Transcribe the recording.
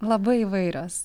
labai įvairios